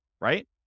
right